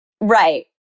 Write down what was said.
right